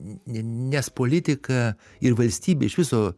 nes politika ir valstybė iš viso